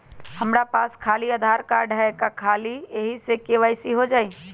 हमरा पास खाली आधार कार्ड है, का ख़ाली यही से के.वाई.सी हो जाइ?